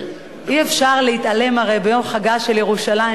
אי-אפשר להתעלם הרי ביום חגה של ירושלים,